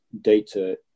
data